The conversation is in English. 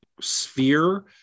sphere